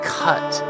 cut